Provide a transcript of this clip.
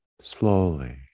slowly